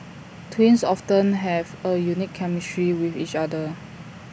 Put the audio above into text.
twins often have A unique chemistry with each other